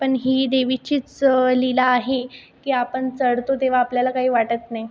पण ही देवीचीच लीला आहे की आपण चढतो तेव्हा आपल्याला काही वाटत नाही